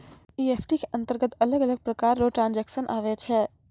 EFT के अंतरगत अलग अलग प्रकार रो ट्रांजेक्शन आवै छै